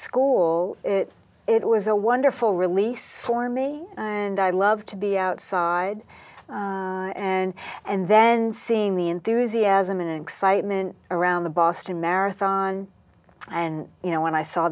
school it was a wonderful release for me and i love to be outside and and then seeing the enthusiasm and excitement around the boston marathon and you know when i saw